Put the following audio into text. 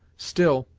still,